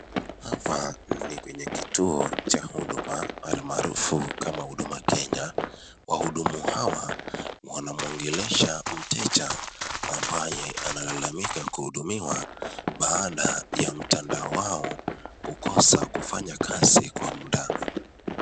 Hapa ni kwenye kituo cha huduma almaarufu kama Huduma Kenya. Wahudumu hawa wanamwongelesha mteja ambaye analalamika kuhudumiwa baada ya mtandao wao kukosa kufanya kazi kwa mda.